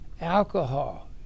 alcohol